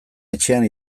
etxean